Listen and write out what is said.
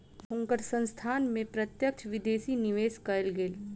हुनकर संस्थान में प्रत्यक्ष विदेशी निवेश कएल गेल